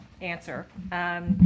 answer